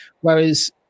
whereas